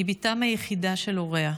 היא בתם היחידה של הוריה,